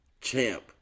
champ